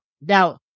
now